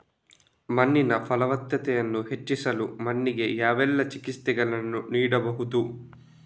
ಮಣ್ಣಿನ ಫಲವತ್ತತೆಯನ್ನು ಹೆಚ್ಚಿಸಲು ಮಣ್ಣಿಗೆ ಯಾವೆಲ್ಲಾ ಚಿಕಿತ್ಸೆಗಳನ್ನು ನೀಡಬಹುದು?